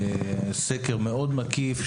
זה סקר מאוד מקיף,